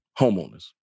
homeowners